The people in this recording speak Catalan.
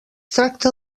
tracta